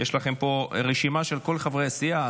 יש לכם פה רשימה של כל חברי הסיעה,